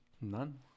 None